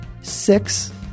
six